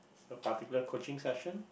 a particular coaching session